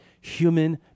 Human